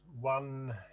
one